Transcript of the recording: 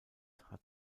hat